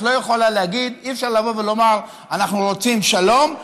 אי-אפשר לבוא ולומר: אנחנו רוצים שלום,